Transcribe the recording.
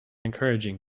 encouraging